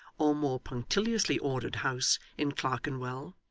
or more punctiliously ordered house, in clerkenwell,